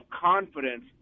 confidence